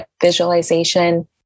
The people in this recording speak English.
visualization